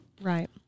Right